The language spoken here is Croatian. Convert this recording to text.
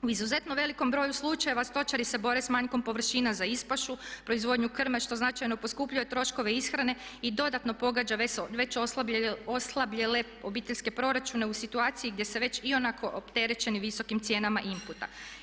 U izuzetno velikom broju slučajeva stočari se bore s manjkom površina za ispašu, proizvodnju krme što značajno poskupljuje troškove ishrane i dodatno pogača već oslabljene obiteljske proračune u situaciji gdje su već ionako opterećeni visokim cijenama inputa.